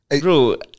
Bro